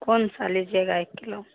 कौन सा लीजिएगा एक किलो